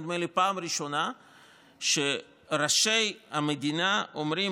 נדמה לי הפעם הראשונה שראשי המדינה אומרים